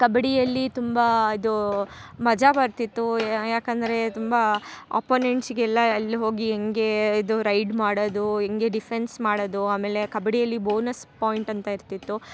ಕಬಡ್ಡಿಯಲ್ಲಿ ತುಂಬ ಇದು ಮಜಾ ಬರ್ತಿತ್ತು ಯಾಕಂದರೆ ತುಂಬ ಆಪೋನೆಂಟ್ಸಿಗೆಲ್ಲ ಅಲ್ಲಿ ಹೋಗಿ ಹೆಂಗೆ ಇದು ರೈಡ್ ಮಾಡೋದು ಹೆಂಗೆ ಡಿಫೆನ್ಸ್ ಮಾಡೋದು ಆಮೇಲೆ ಕಬಡ್ಡಿಯಲ್ಲಿ ಬೋನಸ್ ಪಾಯಿಂಟ್ ಅಂತ ಇರ್ತಿತ್ತು